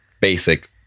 basic